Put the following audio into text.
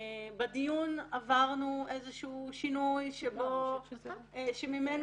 בדיון עברנו איזה שהוא שינוי שממנו